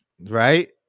Right